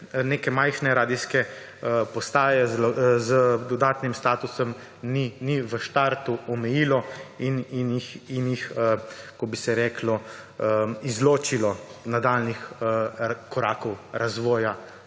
neke majhne radijske postaje z dodatnim statusom ni v štartu omejilo in jih izločilo v nadaljnjih korakih razvoja